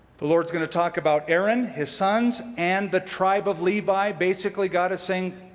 the lord is going to talk about aaron, his sons, and the tribe of levi. basically god is saying,